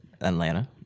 Atlanta